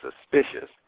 suspicious